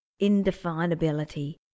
indefinability